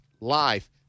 life